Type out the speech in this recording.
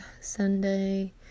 Sunday